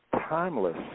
timeless